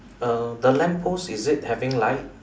err the lamppost is it having light